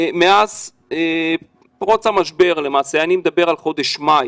מאז פרוץ המשבר, למעשה אני מדבר על חודש מאי,